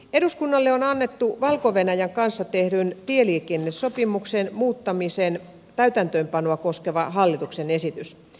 eduskunnalle on annettu valko venäjän kanssa tehdyn tieliikennesopimuksen muuttamisen täytäntöönpanoa koskeva hallituksen esitys